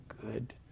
good